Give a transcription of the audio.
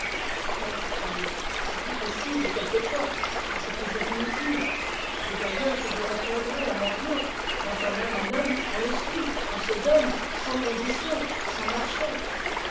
on l'épouse georges pâlit je vous répondrai à mon tour quand on aime un homme on le suit on se donne sans conditions sans marché